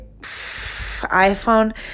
iPhone